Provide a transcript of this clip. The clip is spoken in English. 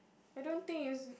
I don't think it's